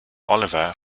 oliver